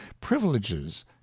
privileges